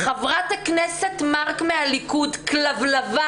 "חברת הכנסת מארק מהליכוד, כלבלבה